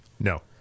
No